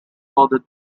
further